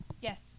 Yes